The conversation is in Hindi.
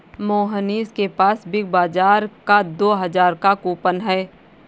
मोहनीश के पास बिग बाजार का दो हजार का कूपन है